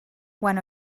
one